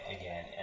again